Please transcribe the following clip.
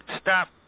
Stop